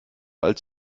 als